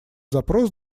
запрос